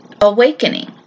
awakening